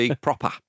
proper